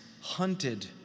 hunted